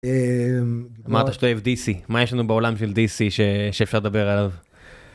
מה אתה שואל DC מה יש לנו בעולם של DC שאפשר לדבר עליו.